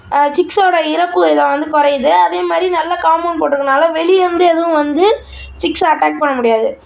சிக்ஸோடய இறப்பு விகிதம் வந்து குறையுது அதேமாதிரி நல்ல காப்மோண்ட் போட்ருக்கனால வெளியே இருந்து எதுவும் வந்து சிக்ஸை அட்டாக் பண்ண முடியாது